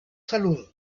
salud